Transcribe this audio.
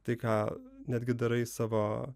tai ką netgi darai savo